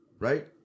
Right